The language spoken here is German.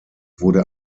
wurde